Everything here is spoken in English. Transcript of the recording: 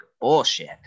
bullshit